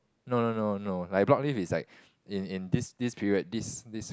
no no no no like block leave is like in in this this period this this